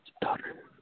daughter